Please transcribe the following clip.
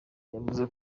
yavuze